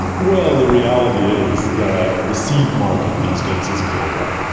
but well, the reality is that the seed market these days is global,